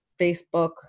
Facebook